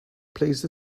placed